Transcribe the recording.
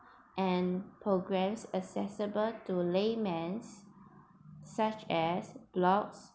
and progress accessible to layman such as locks